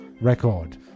record